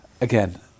Again